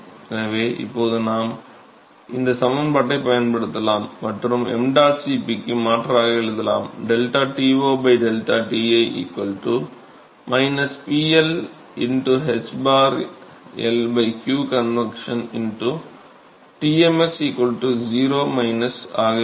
எனவே இப்போது நான் இந்த சமன்பாட்டைப் பயன்படுத்தலாம் மற்றும் ṁ Cpக்கு மாற்றாக எழுதலாம் ΔTo ΔTi PL ħ L q convection Tmx 0 minus ஆக இருக்கும்